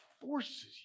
forces